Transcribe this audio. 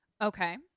okay